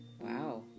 Wow